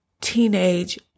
teenage